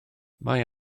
mae